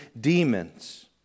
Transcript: demons